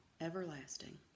Everlasting